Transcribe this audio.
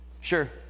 sure